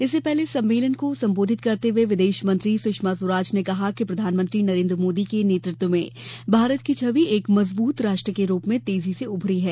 इससे पहले सम्मेलन को सम्बोधित करते हुए विदेश मंत्री सुषमा स्वराज ने कहा कि प्रधानमंत्री नरेन्द्र मोदी के नेतृत्व में भारत की छवि एक मजबूत राष्ट्र के रूप में तेजी से उभरी है